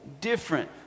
different